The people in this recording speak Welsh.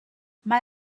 mae